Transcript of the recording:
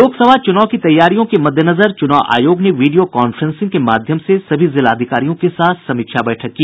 लोकसभा चुनाव की तैयारियों के मद्देनजर चुनाव आयोग ने वीडियो कांफ्रेंसिंग के माध्यम से सभी जिलाधिकारियों के साथ समीक्षा बैठक की